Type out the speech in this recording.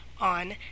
On